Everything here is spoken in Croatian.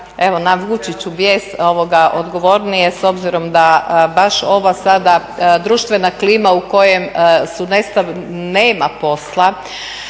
evo navući ću bijes, odgovornije s obzirom da baš ova sada društvena klima u kojoj nema posla,